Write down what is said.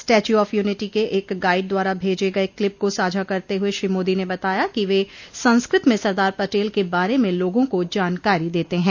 statue of unity के एक guide द्वारा भेजे गए क्लिप को साझा करते हुए श्री मोदी ने बताया कि वे संस्कृत में सरदार पटेल के बारे में लोगों को जानकारी देते हैं